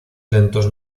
lentos